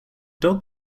dog